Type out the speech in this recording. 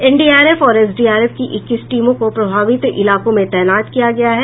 NDRF और SDRF की इक्कीस टीमों को प्रभावित इलाकों में तैनात किया गया है